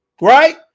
right